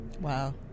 Wow